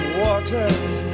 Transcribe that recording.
waters